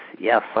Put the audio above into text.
yes